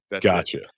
gotcha